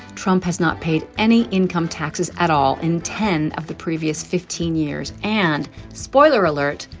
trump has not paid any income taxes at all in ten of the previous fifteen years and spoiler alert,